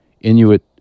Inuit